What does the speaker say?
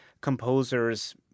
composers